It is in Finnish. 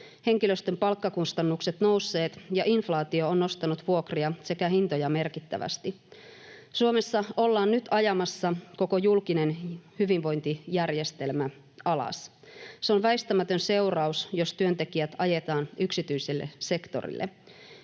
henkilöstön palkkakustannukset nousseet ja inflaatio on nostanut vuokria sekä hintoja merkittävästi. Suomessa ollaan nyt ajamassa koko julkinen hyvinvointijärjestelmä alas. Se on väistämätön seuraus, jos työntekijät ajetaan yksityiselle sektorille.